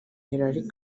hillary